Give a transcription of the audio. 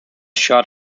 shot